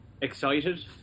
Excited